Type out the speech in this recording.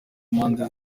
impande